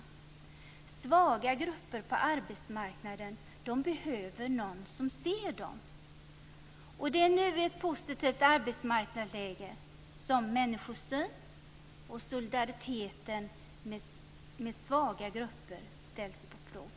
Svaga grupper på arbetsmarknaden behöver någon som ser dem. Det är nu i ett positivt arbetsmarknadsläge som människosyn och solidariteten med svaga grupper ställs på prov.